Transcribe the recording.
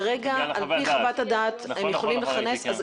כרגע, על פי חוות הדעת, הם יכולים לכנס.